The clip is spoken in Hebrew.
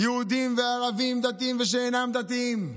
יהודים וערבים, דתיים ושאינם דתיים,